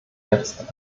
jetzt